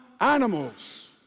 animals